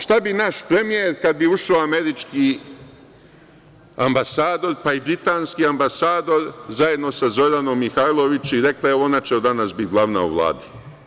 Šta bi naš premijer kada bi ušao američki ambasador, pa i britanski ambasador zajedno sa Zoranom Mihajlović i rekla – evo, ona će od danas biti glavna u Vladi?